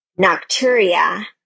nocturia